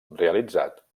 realitzat